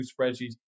spreadsheets